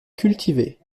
cultivé